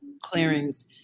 clearings